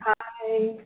Hi